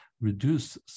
reduce